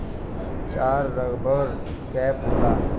चार rubber cap होला